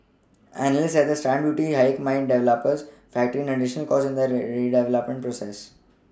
analysts said the stamp duty hike meant developers factor in an additional cost in their purchases